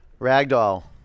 ragdoll